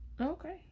Okay